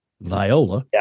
Viola